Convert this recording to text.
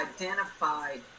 identified